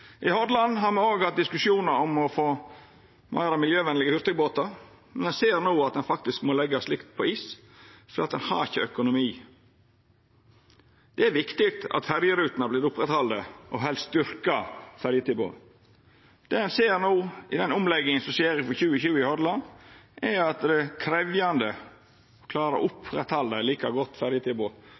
I Hordaland har me òg hatt diskusjonar om å få meir miljøvenlege hurtigbåtar, men ein ser no at ein må leggja slikt på is, for ein har ikkje økonomi til det. Det er viktig at ferjerutene vert oppretthaldne, og at ein helst styrkjer ferjetilbodet. Det ein ser i den omlegginga som skjer i Hordaland frå 2020, er at det er krevjande å klara å oppretthalda eit like godt